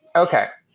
okay,